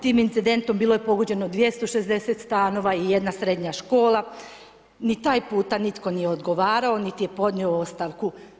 Tim incidentom bilo je pogođeno 260 stanova i jedna srednja škola, ni taj puta nitko nije odgovarao niti je podnio ostavku.